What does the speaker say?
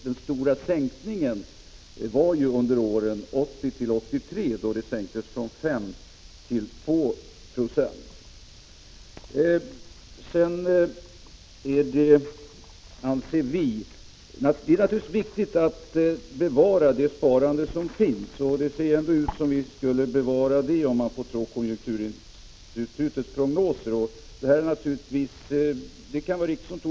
Den stora sänkningen kom under åren 1980-1983, då sparandet sjönk från 5 till 2 26 Det är naturligtvis viktigt att bevara det sparande som finns, och om man får tro konjunkturinstitutets prognoser kommer det också att ske.